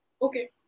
Okay